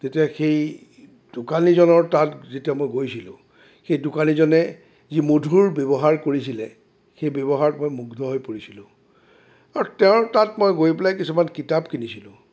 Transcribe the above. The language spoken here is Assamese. তেতিয়া সেই দোকানীজনৰ তাত যেতিয়া মই গৈছিলোঁ সেই দোকানীজনে যি মধুৰ ব্যৱহাৰ কৰিছিলে সেই ব্যৱহাৰত মই মুগ্ধ হৈ পৰিছিলোঁ আৰু তেওঁৰ তাত মই গৈ পেলাই কিছুমান কিতাপ কিনিছিলোঁ